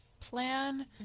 Plan